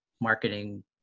marketing